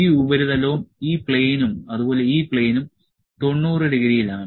ഈ ഉപരിതലവും ഈ പ്ലെയിനും അതുപോലെ ഈ പ്ലെയിനും 90 ഡിഗ്രിയിൽ ആണ്